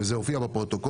וזה הופיע בפרוטוקולים,